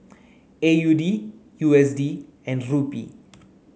A U D U S D and Rupee